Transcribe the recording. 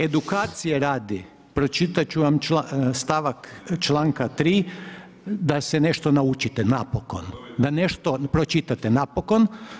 Edukacije radi, pročitati ću vam stavak članka 3 da se nešto naučite, napokon, da nešto pročitate napokon.